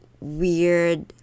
weird